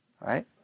right